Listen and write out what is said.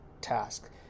task